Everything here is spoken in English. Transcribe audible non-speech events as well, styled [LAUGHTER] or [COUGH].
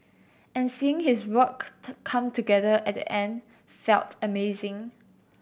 and seeing his work [UNINTELLIGIBLE] come together at the end felt amazing